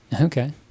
Okay